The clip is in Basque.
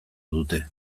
dute